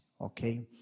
Okay